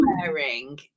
wearing